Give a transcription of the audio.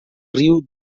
riu